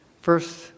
first